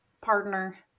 partner